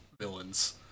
villains